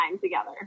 together